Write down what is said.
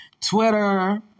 Twitter